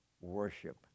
worship